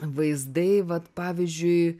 vaizdai vat pavyzdžiui